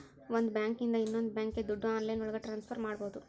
ಒಂದ್ ಬ್ಯಾಂಕ್ ಇಂದ ಇನ್ನೊಂದ್ ಬ್ಯಾಂಕ್ಗೆ ದುಡ್ಡು ಆನ್ಲೈನ್ ಒಳಗ ಟ್ರಾನ್ಸ್ಫರ್ ಮಾಡ್ಬೋದು